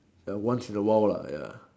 at once in awhile lah ya